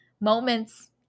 moments